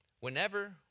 Whenever